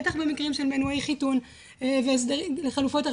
בטח במקרים של מנועי חיתון והסדרים לחלופות,